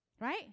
Right